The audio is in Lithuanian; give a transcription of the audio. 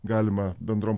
galima bendrom